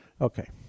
okay